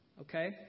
Okay